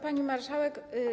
Pani Marszałek!